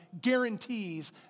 guarantees